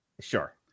Sure